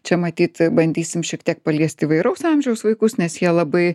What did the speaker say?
čia matyt bandysim šiek tiek paliest įvairaus amžiaus vaikus nes jie labai